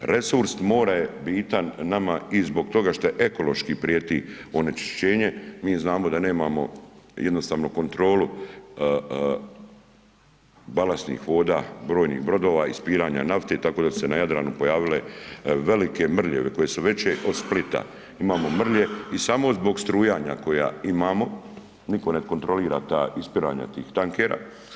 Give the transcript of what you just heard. Resurs mora je bitan nama i zbog toga što ekološki prijeti onečišćenje, mi znamo da nemamo jednostavno kontrolu balastnih voda brojnih brodova, ispiranja nafte tako da su se na Jadranu pojavile velike mrlje koje su veće od Splita, imamo mrlje i samo zbog strujanja koja imamo niko ne kontrolira ta ispiranja tih tankera.